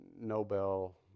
Nobel